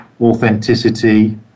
authenticity